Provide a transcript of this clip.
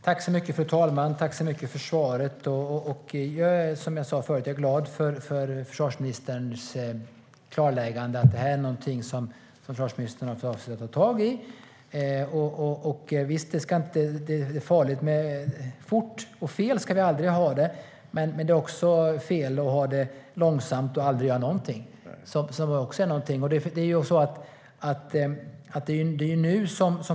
Fru talman! Jag tackar försvarsministern för svaret. Jag är som sagt glad över försvarsministerns klarläggande att detta är något som försvarsministern har för avsikt att ta tag i. Fort och fel är aldrig bra, men långsamt och inget är också fel.